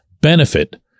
benefit